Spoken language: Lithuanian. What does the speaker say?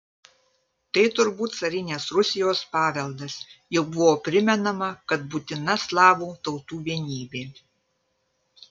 tai turbūt carinės rusijos paveldas juk buvo primenama kad būtina slavų tautų vienybė